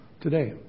today